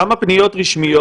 כמה פניות רשמיות